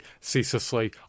ceaselessly